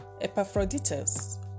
Epaphroditus